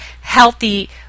healthy